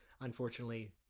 unfortunately